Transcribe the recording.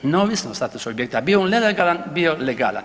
Neovisno o statusu objekta bio on nelegalan, bio legalan.